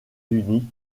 unis